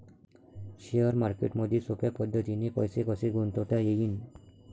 Share मार्केटमधी सोप्या पद्धतीने पैसे कसे गुंतवता येईन?